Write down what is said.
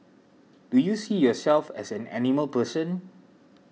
do you see yourself as an animal person